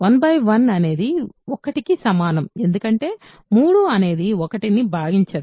11అనేది 1కి సమానం ఎందుకంటే 3 అనేది 1 ని భాగించదు